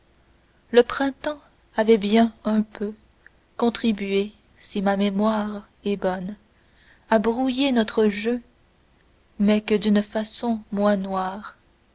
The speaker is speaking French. le printemps avait bien un peu contribué si ma mémoire est bonne à brouiller notre jeu mais que d'une façon moins noire